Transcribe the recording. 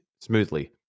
Smoothly